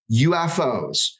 UFOs